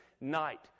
night